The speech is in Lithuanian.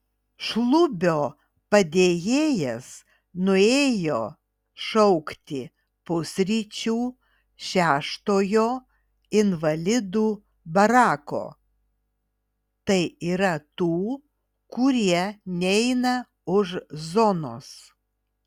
šlubio padėjėjas nuėjo šaukti pusryčių šeštojo invalidų barako tai yra tų kurie neina už zonos